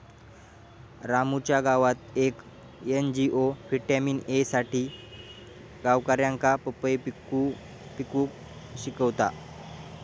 रामूच्या गावात येक एन.जी.ओ व्हिटॅमिन ए साठी गावकऱ्यांका पपई पिकवूक शिकवता